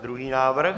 Druhý návrh?